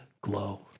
glow